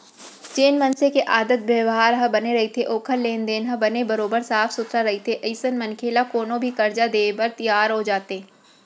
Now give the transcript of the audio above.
जेन मनसे के आदत बेवहार ह बने रहिथे ओखर लेन देन ह बने बरोबर साफ सुथरा रहिथे अइसन मनखे ल कोनो भी करजा देय बर तियार हो जाथे